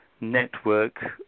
network